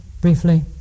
briefly